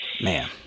Man